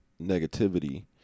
negativity